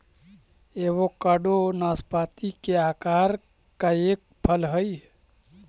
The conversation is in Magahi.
एवोकाडो नाशपाती के आकार का एक फल हई